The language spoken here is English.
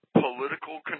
political